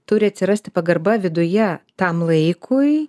turi atsirasti pagarba viduje tam laikui